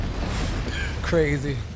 Crazy